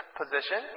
position